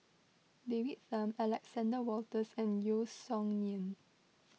David Tham Alexander Wolters and Yeo Song Nian